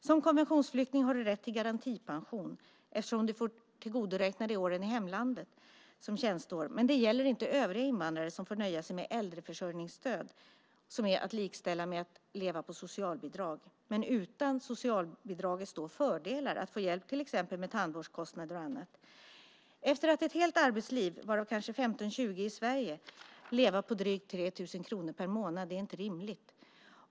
Som konventionsflykting har du rätt till garantipension, eftersom du får tillgodoräkna dig åren i hemlandet som tjänsteår. Men det gäller inte övriga invandrare som får nöja sig med äldreförsörjningsstöd, som är att likställa med att leva på socialbidrag men utan socialbidragets fördelar att få hjälp med till exempel tandvårdskostnader och annat. Att efter ett helt arbetsliv, varav kanske 15-20 i Sverige, behöva leva på drygt 3 000 kronor per månad är inte rimligt.